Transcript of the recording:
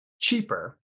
cheaper